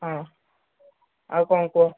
ହଁ ଆଉ କ'ଣ କୁହ